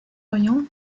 orient